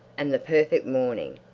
and the perfect morning,